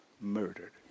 murdered